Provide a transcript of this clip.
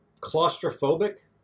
claustrophobic